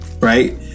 right